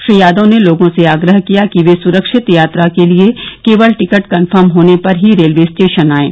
श्री यादव ने लोगों से आग्रह किया कि वे सुरक्षित यात्रा के लिए केवल टिकट कन्फर्म होने पर ही रेलवे स्टेशन आएं